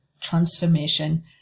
transformation